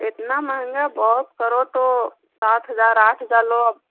इतना मँहगा बहुत करो तो सात हज़ार आठ हज़ार लो अब